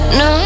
no